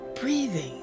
breathing